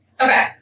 Okay